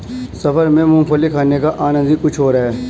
सफर में मूंगफली खाने का आनंद ही कुछ और है